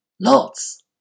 Lots